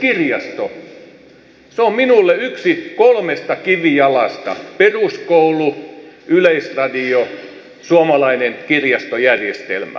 esimerkiksi kirjasto on minulle yksi kolmesta kivijalasta näitä ovat peruskoulu yleisradio suomalainen kirjastojärjestelmä